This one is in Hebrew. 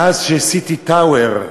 מאז ש"סיטי טאואר"